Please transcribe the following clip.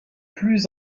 plus